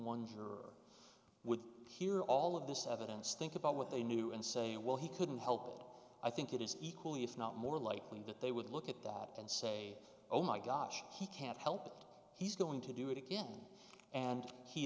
juror would hear all of this evidence think about what they knew and say well he couldn't help it i think it is equally if not more likely that they would look at that and say oh my gosh he can't help it he's going to do it again and he